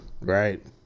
Right